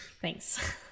Thanks